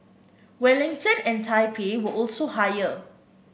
Wellington and Taipei were also higher